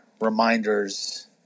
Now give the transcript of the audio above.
reminders